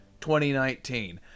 2019